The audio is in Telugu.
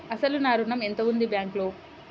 అసలు నా ఋణం ఎంతవుంది బ్యాంక్లో?